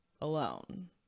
alone